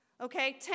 Okay